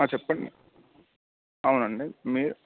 చెప్పండి అవునండి మీరు